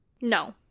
No